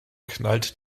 knallt